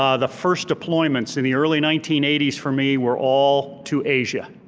ah the first deployments in the early nineteen eighty s for me were all to asia.